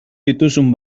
dituzun